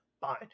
Fine